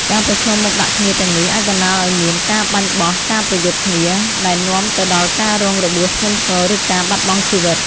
ការប្រឈមមុខដាក់គ្នាទាំងនេះ អាចបណ្ដាលឲ្យមាន ការបាញ់បោះ ការប្រយុទ្ធគ្នា ដែលនាំទៅដល់ការរងរបួសធ្ងន់ធ្ងរ ឬការបាត់បង់ជីវិត។